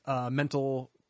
mental